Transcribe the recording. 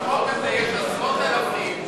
בחוק הזה יש עשרות אלפים,